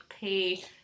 pay